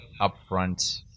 upfront